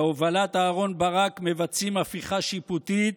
בהובלת אהרן ברק, מבצעים הפיכה שיפוטית,